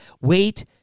wait